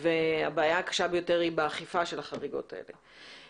והבעיה הקשה ביותר היא באכיפה של החריגות האלה.